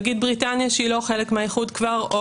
נגיד בריטניה שהיא לא חלק מהאיחוד כבר,